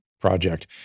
project